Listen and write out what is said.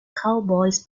cowboys